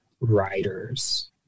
writers